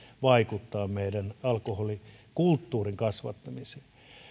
vaikuttaa meidän alkoholikulttuurin kasvattamiseen